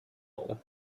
all